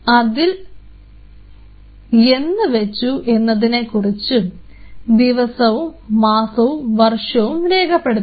അതിൽ എന്ന് വെച്ചു എന്നതിനെക്കുറിച്ച് ദിവസവും മാസവും വർഷവും രേഖപ്പെടുത്തണം